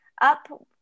up